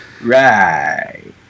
Right